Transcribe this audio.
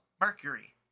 Mercury